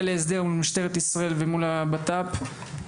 להסדר עם משטרת ישראל ומול המשרד לביטחון לאומי.